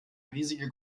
riesige